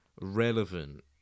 relevant